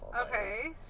okay